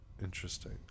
Interesting